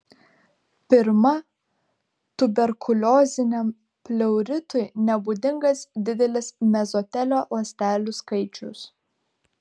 pirma tuberkulioziniam pleuritui nebūdingas didelis mezotelio ląstelių skaičius